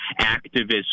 activist